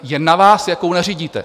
Je na vás, jakou nařídíte.